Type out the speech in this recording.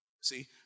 See